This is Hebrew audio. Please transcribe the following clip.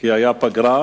כי היתה פגרה.